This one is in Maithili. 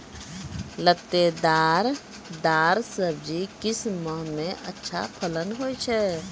लतेदार दार सब्जी किस माह मे अच्छा फलन होय छै?